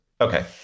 Okay